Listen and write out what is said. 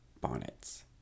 bonnets